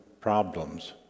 problems